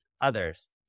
others